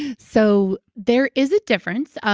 so there is a difference. um